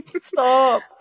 stop